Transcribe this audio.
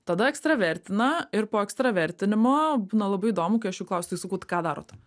tada ekstravertina ir po ekstravertinimo būna labai įdomu kai aš jų klausiu tai sakau ką darot